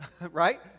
right